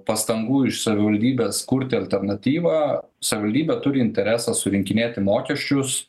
pastangų iš savivaldybės kurti alternatyvą savivaldybė turi interesą surinkinėti mokesčius